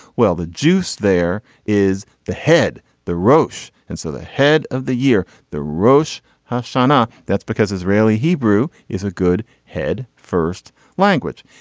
well the jews there is the head the roche and so the head of the year the rosh hashanah. that's because israeli hebrew is a good head first language.